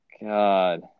God